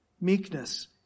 meekness